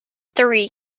three